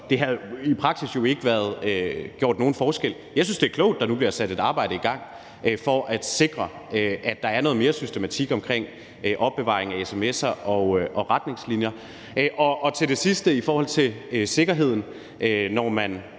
det havde jo i praksis ikke gjort nogen forskel. Jeg synes, det er klogt, at der nu bliver sat et arbejde i gang for at sikre, at der er noget mere systematik omkring opbevaring af sms'er og retningslinjer. Og til det sidste i forhold til sikkerheden, når vi